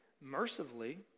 Mercifully